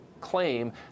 claim